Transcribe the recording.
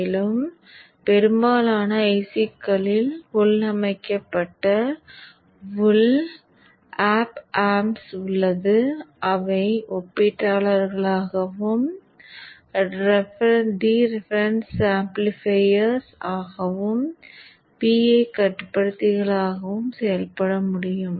மேலும் பெரும்பாலான I C களில் உள்ளமைக்கப்பட்ட உள் OpAmps உள்ளது அவை ஒப்பீட்டாளர்களாகவும் deference amplifiers ஆகவும் P I கட்டுப்படுத்திகளாகவும் செயல்பட முடியும்